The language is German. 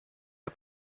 der